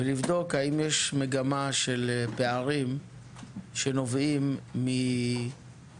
ולבדוק האם יש מגמה של פערים שנובעים מסוציו-אקונומי,